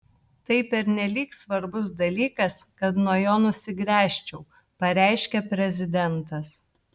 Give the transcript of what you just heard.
tai pernelyg svarbus dalykas kad nuo jo nusigręžčiau pareiškė prezidentas